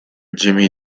jimmy